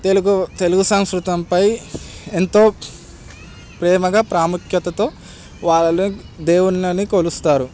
తెలుగు తెలుగు సంస్కృతంపై ఎంతో ప్రేమగా ప్రాముఖ్యతతో వాళ్ళు దేవుళ్ళని కొలుస్తారు